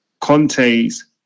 Conte's